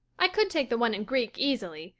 i could take the one in greek easily,